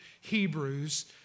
Hebrews